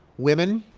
women,